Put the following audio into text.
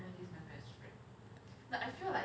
and he's friend like I feel like